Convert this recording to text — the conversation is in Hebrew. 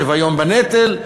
שוויון בנטל,